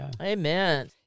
Amen